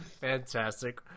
Fantastic